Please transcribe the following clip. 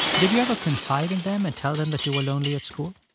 did you ever confide in them and tell them that you were lonely at school?